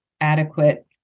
adequate